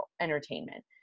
entertainment